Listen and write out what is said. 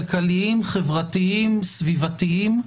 כלכליים, חברתיים, סביבתיים,